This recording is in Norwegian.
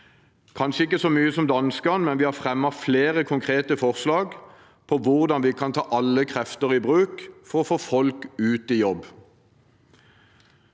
kanskje ikke så mye som danskene, men vi har fremmet flere konkrete forslag om hvordan vi kan ta alle krefter i bruk for å få folk ut i jobb.